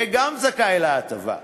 יהיה גם זכאי להטבה,